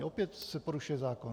Opět se poruší zákon.